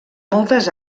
moltes